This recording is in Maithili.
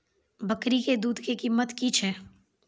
बकरी के दूध के कीमत की छै?